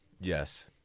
Yes